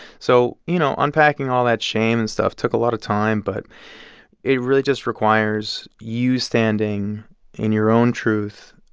so, you know, unpacking all that shame and stuff took a lot of time, but it really just requires you standing in your own truth.